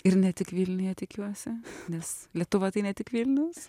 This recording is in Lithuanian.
ir ne tik vilniuje tikiuosi nes lietuva tai ne tik vilnius